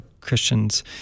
Christians